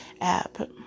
app